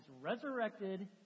resurrected